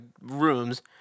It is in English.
rooms